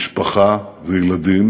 משפחה וילדים